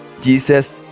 Jesus